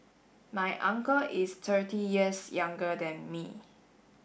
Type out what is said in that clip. my uncle is thirty years younger than me